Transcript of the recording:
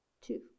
Two